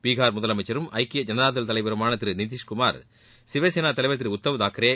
பிகார் முதலமைச்சரும் ஐக்கிய ஜனதாதள் தலைவருமான திரு நிதிஷ்குமார் சிவசேனா தலைவர் திரு உத்தவதாக்ரே